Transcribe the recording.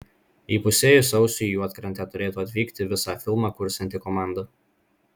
įpusėjus sausiui į juodkrantę turėtų atvykti visa filmą kursianti komanda